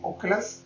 Oculus